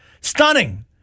stunning